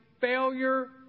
failure